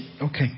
okay